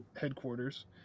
headquarters